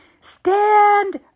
stand